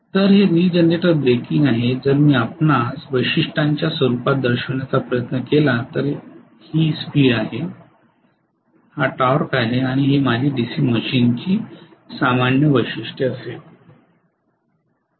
तर हे regenerator braking आहे जर मी आपणास वैशिष्ट्यांच्या स्वरुपात दर्शविण्याचा प्रयत्न केला तर हा वेग आहे ही टॉर्क आहे आणि हे माझे डीसी मशीनची सामान्य वैशिष्ट्ये असेल